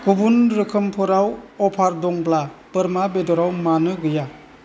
गुबुन रोखोमफोराव अफार दङब्ला बोरमा बेदरआव मानो गैया